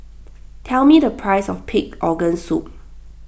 tell me the price of Pig's Organ Soup